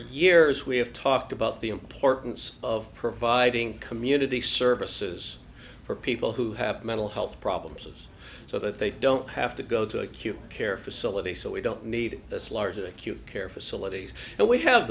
years we have talked about the importance of providing community services for people who have mental health problems so that they don't have to go to acute care facility so we don't need as large acute care facilities and we have